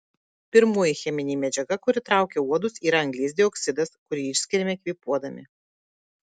pirmoji cheminė medžiaga kuri traukia uodus yra anglies dioksidas kurį išskiriame kvėpuodami